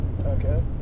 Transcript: okay